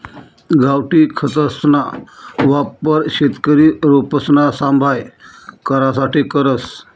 गावठी खतसना वापर शेतकरी रोपसना सांभाय करासाठे करस